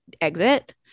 exit